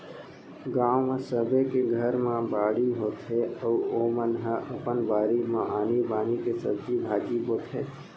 गाँव म सबे के घर म बाड़ी होथे अउ ओमन ह अपन बारी म आनी बानी के सब्जी भाजी बोथे